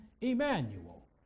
Emmanuel